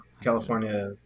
California